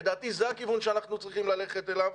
לדעתי, זה הכיוון שאנחנו צריכים ללכת אליו.